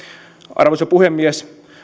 arvoisa puhemies